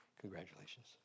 Congratulations